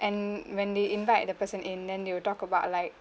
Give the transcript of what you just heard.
and when they invite the person in then they'll talk about like